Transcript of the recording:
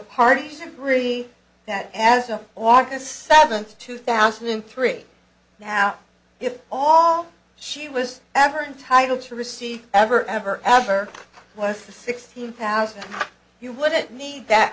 parties agree that as a aug seventh two thousand and three now if all she was ever entitle to receive ever ever ever was the sixteen thousand you wouldn't need that